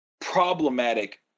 problematic